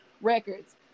records